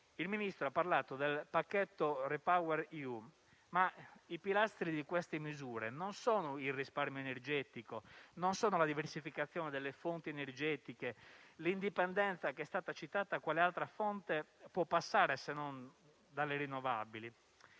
Il Ministro ha parlato del pacchetto RePower EU, ma i pilastri di queste misure non sono il risparmio energetico, la diversificazione delle fonti energetiche, l'indipendenza che è stata citata. Quale altra fonte può passare se non dalle rinnovabili